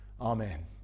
Amen